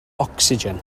ocsigen